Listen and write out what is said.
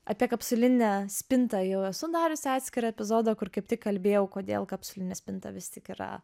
apie kapsulinę spintą jau esu darius atskirą epizodą kur kaip tik kalbėjau kodėl kapsulinė spinta vis tik yra